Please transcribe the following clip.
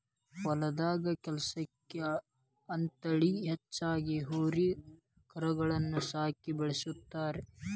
ಹೊಲದಾಗ ಕೆಲ್ಸಕ್ಕ ಅಂತೇಳಿ ಹೆಚ್ಚಾಗಿ ಹೋರಿ ಕರಗಳನ್ನ ಸಾಕಿ ಬೆಳಸ್ತಾರ